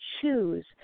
choose